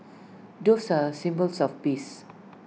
doves are symbols of peace